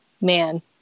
man